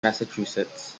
massachusetts